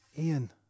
Ian